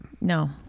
No